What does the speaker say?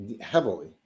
heavily